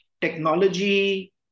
technology